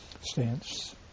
stance